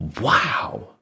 wow